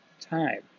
time